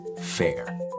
FAIR